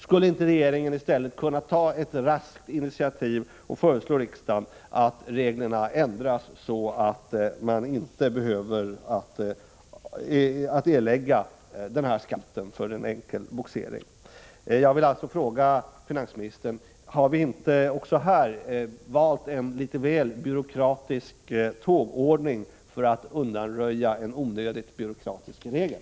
Skulle inte regeringen i stället kunna ta ett raskt initiativ och föreslå riksdagen att reglerna ändras, så att man inte behöver erlägga den här skatten för en enkel bogsering? Jag vill alltså fråga finansministern: Har vi inte här valt en litet väl byråkratisk tågordning för att undanröja en onödigt byråkratisk regel?